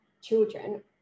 children